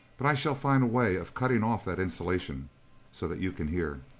but i shall find a way of cutting off that insulation so that you can hear.